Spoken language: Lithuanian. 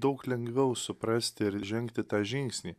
daug lengviau suprasti ir žengti tą žingsnį